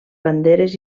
banderes